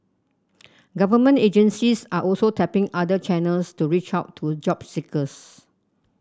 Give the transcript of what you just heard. government agencies are also tapping other channels to reach out to a job seekers